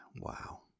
wow